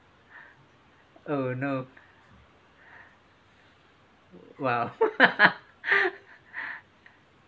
oh no !wow!